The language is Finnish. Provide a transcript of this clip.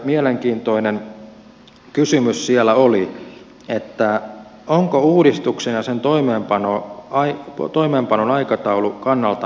yksi mielenkiintoinen kysymys siellä oli se onko uudistuksen ja sen toimeenpanon aikataulu kannaltanne sopiva